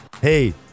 Hey